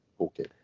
okay